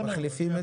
מחליפים את זה?